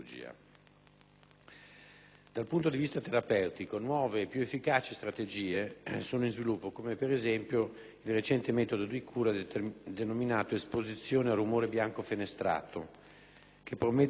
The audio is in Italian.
Dal punto di vista terapeutico, nuove e più efficaci strategie sono in via di sviluppo come, ad esempio, il recente metodo di cura denominato «esposizione a rumore bianco fenestrato», che promette di produrre